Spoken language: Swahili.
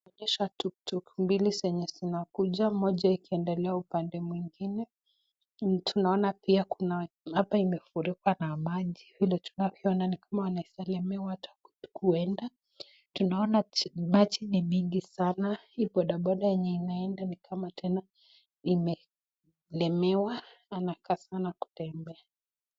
Inaonyesha (cs)tuktuk(cs) mbili zenye zinakuja moja ikiendelea upande mwingine tunaona pia hapa imefurika na maji vile tunavyoona wanaweza kulemewa hata kuenda. Tunaona maji ni mingi sana hii bodaboda yenye inaenda ni kama tena imelemea anakazana kutembea.